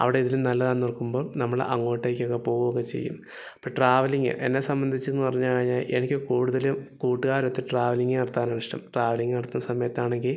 അവിടെ ഇതിലും നല്ലതാണെന്നോര്ക്കുമ്പോൾ നമ്മള് അങ്ങോട്ടേക്കൊക്കെ പോവൊക്കെ ചെയ്യും ഇപ്പോള് ട്രാവലിംഗ് എന്നെ സംബന്ധിച്ചെന്ന് പറഞ്ഞാല് എനിക്ക് കൂടുതലും കൂട്ടുകാരൊത്ത് ട്രാവലിംഗ് നടത്താനാണ് ഇഷ്ടം ട്രാവലിംഗ് നടത്തുന്ന സമയത്താണെങ്കില്